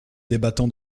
débattons